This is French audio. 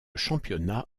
championnat